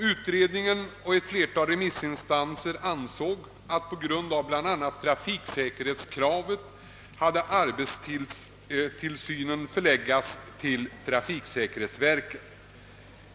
Utredningen och ett flertal remissinstanser ansåg att arbetstidstillsynen bl.a. på grund av trafiksäkerhetskravet borde förläggas till trafiksäkerhetsverket.